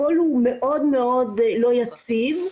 הכול מאוד מאוד לא יציב,